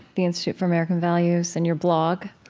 the institute for american values, and your blog.